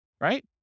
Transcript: right